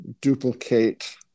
duplicate